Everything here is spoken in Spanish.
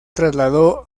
trasladó